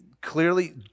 clearly